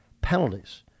penalties